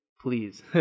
please